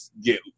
get